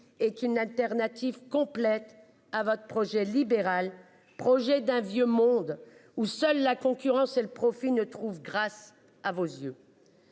et qui n'alternative complète à votre projet libéral. Projet d'un vieux monde où seule la concurrence et le profit ne trouve grâce à vos yeux.